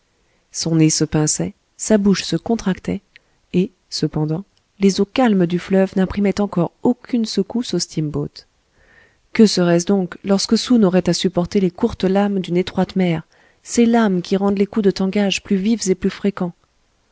son nez se pinçait sa bouche se contractait et cependant les eaux calmes du fleuve n'imprimaient encore aucune secousse au steamboat que serait-ce donc lorsque soun aurait à supporter les courtes lames d'une étroite mer ces lames qui rendent les coups de tangage plus vifs et plus fréquents